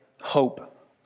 hope